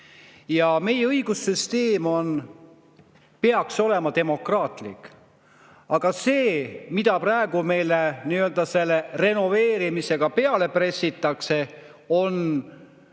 Meie õigussüsteem peaks olema demokraatlik. Aga see, mida praegu meile nii-öelda selle renoveerimisega peale pressitakse, on